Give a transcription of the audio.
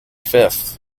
fifth